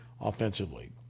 offensively